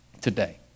today